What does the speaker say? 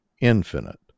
infinite